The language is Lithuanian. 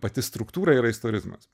pati struktūra yra istorizmas